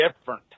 different